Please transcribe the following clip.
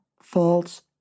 false